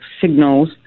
signals